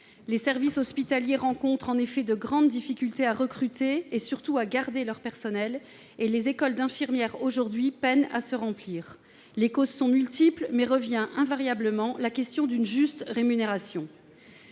Les services hospitaliers rencontrent en effet de grandes difficultés à recruter et, surtout, à garder leur personnel, et les écoles d'infirmières peinent à se remplir. Les causes sont multiples, mais la question d'une juste rémunération